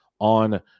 On